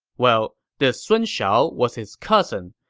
well, this sun shao was his cousin,